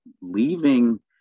leaving